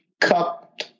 cup